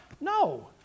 No